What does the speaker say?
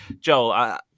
Joel